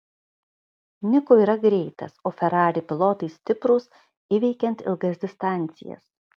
niko yra greitas o ferrari pilotai stiprūs įveikiant ilgas distancijas